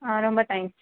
ஆ ரொம்ப தேங்க்ஸ்